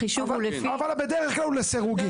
אבל בדרך כלל הוא לסירוגין.